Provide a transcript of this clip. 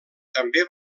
també